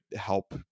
help